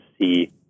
see